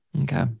Okay